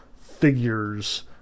figures